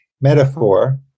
metaphor